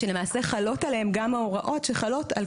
שלמעשה חלות עליהם גם ההוראות שחלות על